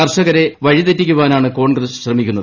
കർഷകരെ വഴിതെറ്റിക്കാനാണ് കോൺഗ്രസ് ശ്രമിക്കുന്നത്